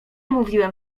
mówiłem